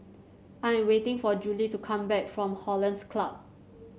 I am waiting for Jule to come back from Hollandse Club